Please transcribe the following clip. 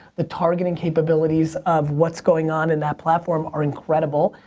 the targeting capabilities of what's going on in that platform are incredible.